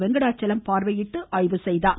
வெங்கடாச்சலம் பார்வையிட்டு ஆய்வு செய்தார்